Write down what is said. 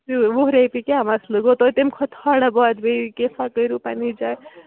وُہ رۄپیہِ کیٛاہ مسلہٕ گوٚو تویہِ تَمہِ کھۄتہٕ تھوڑا بہت بیٚیہِ کینٛژاہ کٔرِو پنٕنہِ جاے